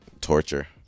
Torture